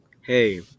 Hey